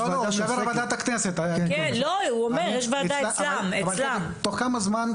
תוך כמה זמן,